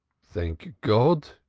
thank god!